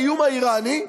מהאיום האיראני.